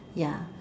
ya